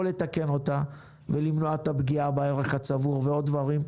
לתקן אותה ולמנוע את הפגיעה בערך הצבור ועוד דברים.